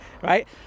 right